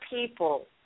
people